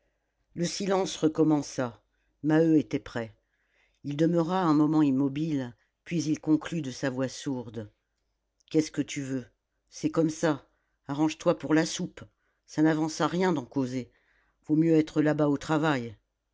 le silence recommença maheu était prêt il demeura un moment immobile puis il conclut de sa voix sourde qu'est-ce que tu veux c'est comme ça arrange-toi pour la soupe ça n'avance à rien d'en causer vaut mieux être là-bas au travail